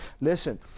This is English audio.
Listen